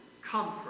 comfort